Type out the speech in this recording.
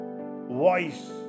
voice